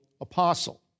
apostle